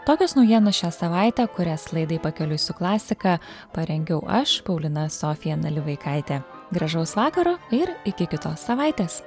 tokios naujienos šią savaitę kurias laidai pakeliui su klasika parengiau aš paulina sofija nalivaikaitė gražaus vakaro ir iki kitos savaitės